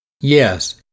Yes